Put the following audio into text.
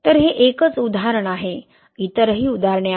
तर हे एकच उदाहरण आहे इतरही उदाहरणे आहेत